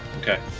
okay